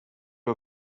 you